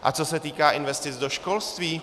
A co se týká investic do školství?